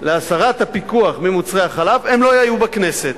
להסרת הפיקוח ממוצרי החלב, הם לא היו בכנסת.